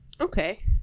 Okay